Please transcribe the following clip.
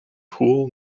fool